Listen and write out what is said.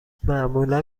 معمولا